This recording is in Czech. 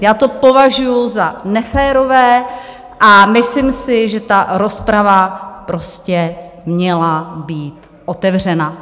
Já to považuju za neférové a myslím si, že ta rozprava prostě měla být otevřena.